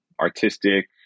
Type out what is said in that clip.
Artistic